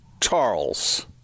Charles